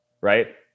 right